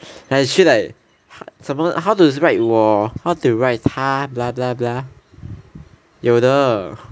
like actually like how to write 我 how to write 他 blah blah blah 有的